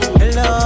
hello